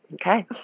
Okay